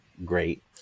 great